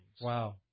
Wow